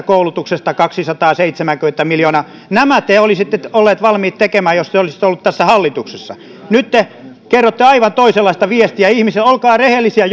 koulutuksesta kaksisataaseitsemänkymmentä miljoonaa nämä te olisitte olleet valmiit tekemään jos te olisitte olleet tässä hallituksessa nyt te kerrotte aivan toisenlaista viestiä ihmisille olkaa rehellisiä